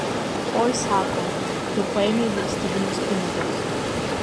oi sako tu paėmei valstybinius pinigus